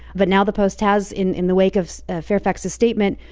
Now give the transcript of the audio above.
but now the post has, in in the wake of fairfax's statement,